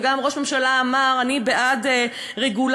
וגם ראש הממשלה אמר: אני בעד רגולציה,